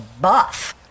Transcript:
buff